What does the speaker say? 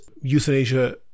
euthanasia